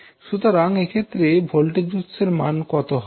সুতরাং এক্ষেত্রে ভোল্টেজ উৎসের মান কত হবে